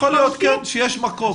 יכול להיות שיש מקום.